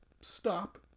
stop